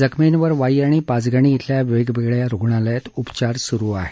जखमींवर वाई आणि पाचगणी इथल्या वेगवेगळ्या रुणालयात उपचार सुरू आहेत